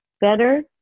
better